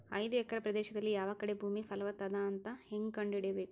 ಐದು ಎಕರೆ ಪ್ರದೇಶದಲ್ಲಿ ಯಾವ ಕಡೆ ಭೂಮಿ ಫಲವತ ಅದ ಅಂತ ಹೇಂಗ ಕಂಡ ಹಿಡಿಯಬೇಕು?